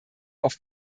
auf